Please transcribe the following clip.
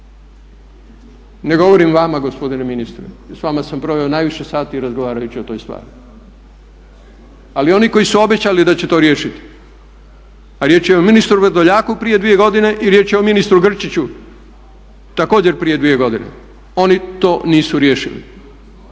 Ne govorim vama gospodine ministre jer s vama sam proveo najviše sati razgovarajući o toj stvari. Ali oni koji su obećali da će to riješiti a riječ je o ministru Vrdoljaku prije 2 godine i riječ je o ministru Grčiću također prije 2 godine. Oni to nisu riješili.